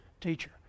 teacher